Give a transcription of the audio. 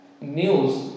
news